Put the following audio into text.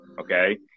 okay